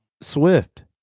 Swift